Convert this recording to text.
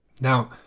Now